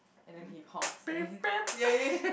and then he honks and then he yeah yeah yeah